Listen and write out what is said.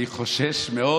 אני חושש מאוד,